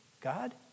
God